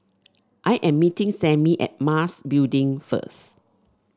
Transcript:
I am meeting Sammy at Mas Building first